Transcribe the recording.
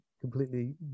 completely